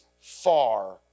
far